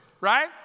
right